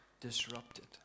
disrupted